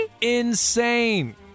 insane